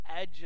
edge